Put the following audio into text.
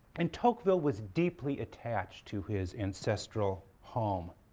and tocqueville was deeply attached to his ancestral home.